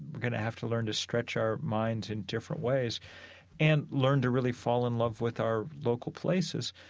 we're going to have to learn to stretch our minds in different ways and learn to really fall in love with our local places.